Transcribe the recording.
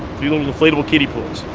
three little inflatable kiddie pools.